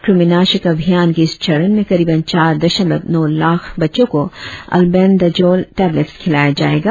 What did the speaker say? क्रमिनाशक अभियान के इस चरण में करिबन चार दशमलव नौ लाख बच्चों को अलबेनदाजोल टेबलेट्स खिलाया जायेगा